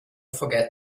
forget